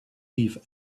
eve